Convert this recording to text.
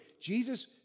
Jesus